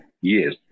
Yes